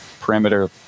perimeter